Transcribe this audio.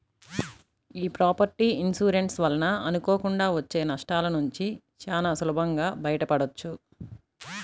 యీ property insurance వలన అనుకోకుండా వచ్చే నష్టాలనుంచి చానా సులభంగా బయటపడొచ్చు